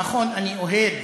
נכון, אני אוהד